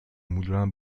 moulin